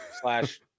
slash